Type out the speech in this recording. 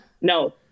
No